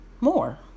more